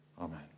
Amen